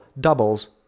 doubles